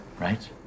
right